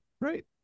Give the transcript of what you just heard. Right